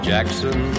Jackson